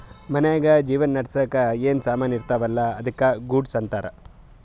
ಮನ್ಶ್ಯಾಗ್ ಜೀವನ ನಡ್ಸಾಕ್ ಏನ್ ಸಾಮಾನ್ ಇರ್ತಾವ ಅಲ್ಲಾ ಅದ್ದುಕ ಗೂಡ್ಸ್ ಅಂತಾರ್